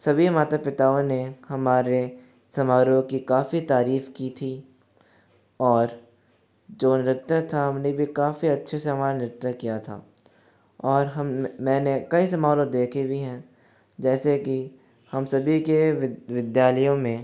सभी माता पीताओं ने हमारे समारोह की काफ़ी तारीफ की थी और जो नृत्य था हमने भी काफ़ी अच्छे से हमारा नृत्य किया था और हमने मैंने कई समारोह देखे भी हैं जैसे कि हम सभी के विद्यालयों में